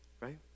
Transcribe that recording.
right